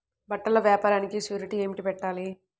బట్టల వ్యాపారానికి షూరిటీ ఏమి పెట్టాలి?